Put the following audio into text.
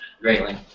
Greatly